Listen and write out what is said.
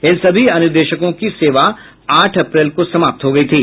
इन सभी अनुदेशकों की सेवा आठ अप्रैल को समाप्त हो गयी थी